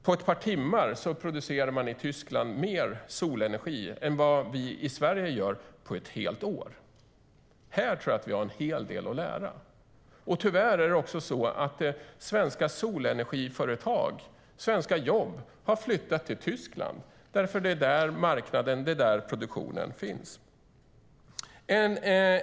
På ett par timmar producerar Tyskland mer solenergi än vad Sverige gör på ett helt år. Här har vi en hel del att lära. Tyvärr har svenska solenergiföretag och svenska jobb flyttat till Tyskland eftersom det är där marknad och produktion finns.